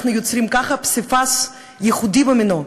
אנחנו יוצרים ככה פסיפס ייחודי במינו,